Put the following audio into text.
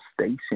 station